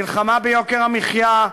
מלחמה ביוקר המחיה,